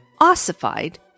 ossified